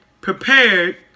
prepared